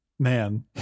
man